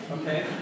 Okay